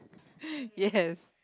yes